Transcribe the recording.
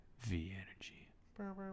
V-Energy